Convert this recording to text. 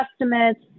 estimates